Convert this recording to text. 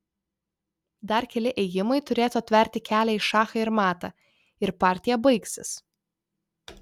dar keli ėjimai turėtų atverti kelią į šachą ir matą ir partija baigsis